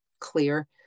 clear